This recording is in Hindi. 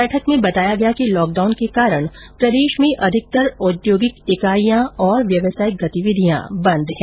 बैठक में बताया गया कि लॉक डाउन के कारण प्रदेश में अधिकतर औद्योगिक इकाइयां एवं व्यावसायिक गतिविधियां बंद हैं